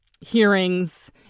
hearings